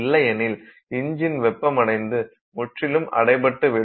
இல்லையெனில் இஞ்சின் வெப்பமடைந்து முற்றிலும் அடைப்பட்டுவிடும்